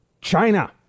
China